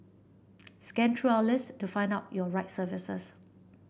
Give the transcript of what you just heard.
scan through our list to find out your right services